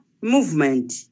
movement